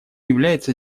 является